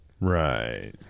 Right